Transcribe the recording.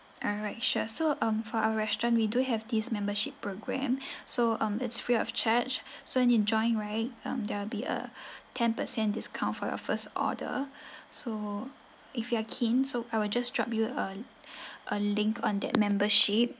alright sure so um for our restaurant we do have this membership program so um it's free of charge so and you join right um there'll be a ten percent discount for your first order so if you are keen so I will just drop you a a link on that membership